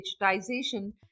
digitization